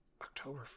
October